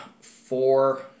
four